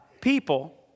people